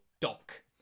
Doc